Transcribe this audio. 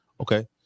Okay